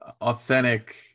authentic